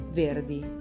verdi